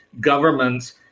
governments